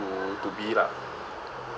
to be lah